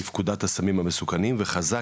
בפקודת הסמים המסוכנים וחזק,